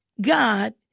God